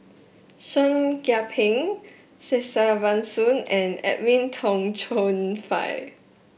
Seah Kian Peng Kesavan Soon and Edwin Tong Chun Fai